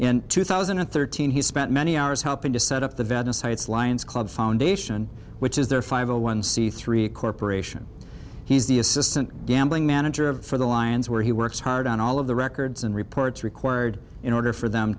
in two thousand and thirteen he spent many hours helping to set up the venice heights lions club foundation which is their five zero one c three corporation he's the assistant gambling manager of for the lions where he works hard on all of the records and reports required in order for them